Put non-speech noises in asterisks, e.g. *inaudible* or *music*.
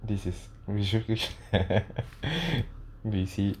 this is *noise* *laughs*